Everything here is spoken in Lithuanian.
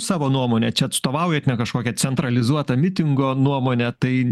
savo nuomonę čia atstovaujat ne kažkokia centralizuotą mitingo nuomonę tai